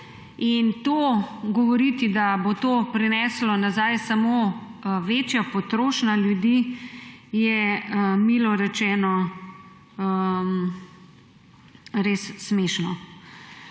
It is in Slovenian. In govoriti, da bo to prinesla nazaj samo večja potrošnja ljudi, je milo rečeno res smešno.